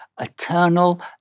eternal